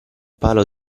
palo